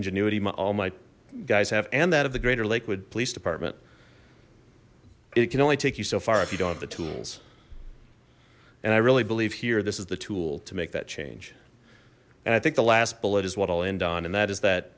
ingenuity my all my guys have and that of the greater lakewood police department it can only take you so far if you don't have the tools and i really believe here this is the tool to make that change and i think the last bullet is what i'll end on and that is that